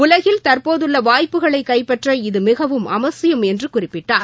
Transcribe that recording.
உலகில் தற்போதுள்ள வாய்ப்புகளை கைப்பற்ற இது மிகவும அவசியம் என்று குறிப்பிட்டார்